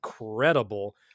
incredible